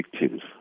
victims